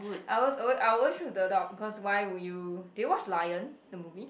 I always al~ I always choose to adopt cause why would you do you watch Lion the movie